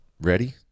ready